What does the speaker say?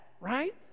right